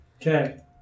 Okay